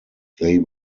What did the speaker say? they